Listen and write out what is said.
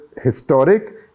historic